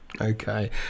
Okay